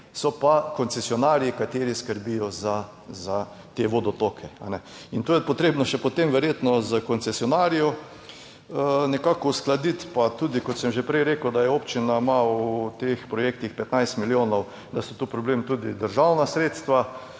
so pa koncesionarji kateri skrbijo za te vodotoke. In to je potrebno še potem verjetno s koncesionarji nekako uskladiti, pa tudi, kot sem že prej rekel, da je občina ima v teh projektih 15 milijonov, da so tu problem tudi državna sredstva.